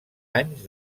anys